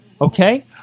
okay